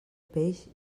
peix